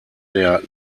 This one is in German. der